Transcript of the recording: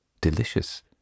delicious